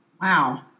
Wow